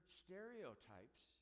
stereotypes